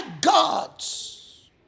gods